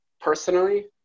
personally